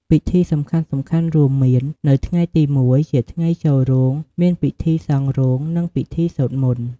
ពិធីសំខាន់ៗរួមមាន នៅថ្ងៃទី១ ជាថ្ងៃចូលរោងមាន ពិធីសង់រោង និងពិធីសូត្រមន្ត។